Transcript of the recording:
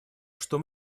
что